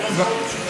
היא מאוד פשוטה.